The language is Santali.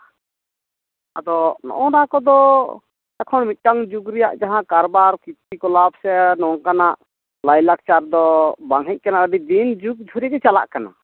ᱟᱫᱚ ᱱᱚᱜᱼᱚ ᱱᱚᱣᱟ ᱠᱚᱫᱚ ᱮᱠᱷᱚᱱ ᱢᱤᱫᱴᱟᱱ ᱡᱩᱜᱽ ᱨᱮᱭᱟᱜ ᱡᱟᱦᱟᱸ ᱠᱟᱨᱵᱟᱨ ᱠᱨᱤᱛᱤᱠᱚᱞᱟᱯ ᱥᱮ ᱱᱚᱝᱠᱟᱱᱟᱜ ᱞᱟᱭᱼᱞᱟᱠᱪᱟᱨ ᱫᱚ ᱵᱟᱝ ᱦᱮᱡ ᱟᱠᱟᱱᱟ ᱟᱹᱰᱤ ᱫᱤᱱ ᱡᱩᱜᱽ ᱫᱷᱚᱨᱮ ᱜᱮ ᱪᱟᱞᱟᱜ ᱠᱟᱱᱟ